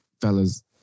Fellas